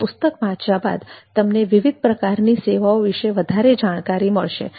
આ પુસ્તક વાંચ્યા બાદ તમને વિવિધ પ્રકારની સેવાઓ વિશે વધારે જાણકારી મળશે